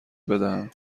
بدهم